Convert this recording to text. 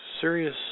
serious